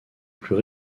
plus